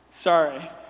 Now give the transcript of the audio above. sorry